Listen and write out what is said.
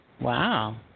Wow